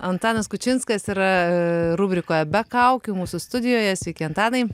antanas kučinskas yra rubrikoje be kaukių mūsų studijoje sveiki antanai